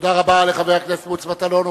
תודה רבה לחבר הכנסת מוץ מטלון.